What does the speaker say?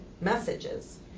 messages